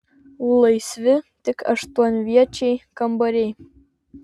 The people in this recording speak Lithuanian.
laisvi tik aštuonviečiai kambariai